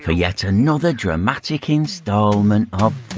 ah yet another dramatic installment of